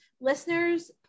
Listeners